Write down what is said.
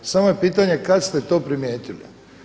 Samo je pitanje kada ste to primijetili?